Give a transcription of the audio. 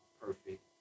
perfect